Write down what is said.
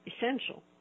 essential